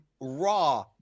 Raw